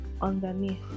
underneath